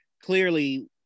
clearly